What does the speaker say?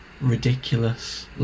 ridiculous